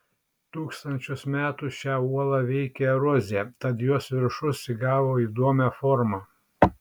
tūkstančius metų šią uolą veikė erozija tad jos viršus įgavo įdomią formą